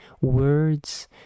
words